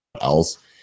else